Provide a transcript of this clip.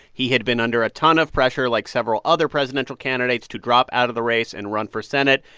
he had been under a ton of pressure, like several other presidential candidates, to drop out of the race and run for senate.